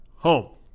Home